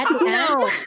No